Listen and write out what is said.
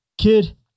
Kid